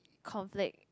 conflict